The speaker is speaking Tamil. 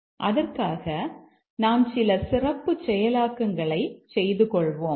அதற்காக நாம் சில சிறப்பு செயலாக்கங்களை செய்து கொள்வோம்